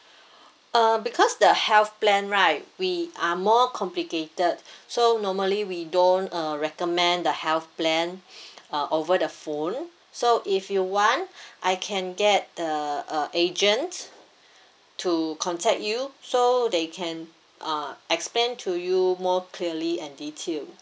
uh because the health plan right we are more complicated so normally we don't uh recommend the health plan uh over the phone so if you want I can get the uh agent to contact you so they can uh explain to you more clearly and detail